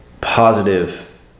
positive